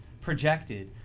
projected